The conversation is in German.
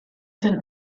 sind